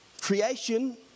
creation